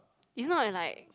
it's not when like